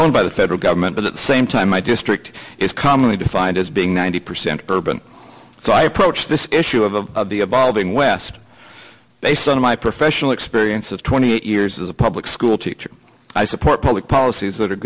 owned by the federal government but at the same time my district is commonly defined as being ninety percent urban so i approach this issue of the of the above in west based on my professional experience of twenty eight years in the public school teacher i support public policies that are